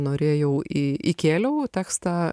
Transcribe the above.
norėjau į įkėliau tekstą